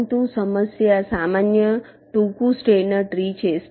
પરંતુ સમસ્યા સામાન્ય ટૂંકૂ સ્ટેઈનર ટ્રી છે